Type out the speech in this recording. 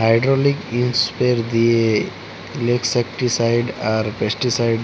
hydraulic sprayer দিঁয়ে insecticide আর pesticide